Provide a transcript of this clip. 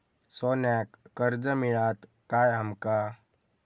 सोन्याक कर्ज मिळात काय आमका?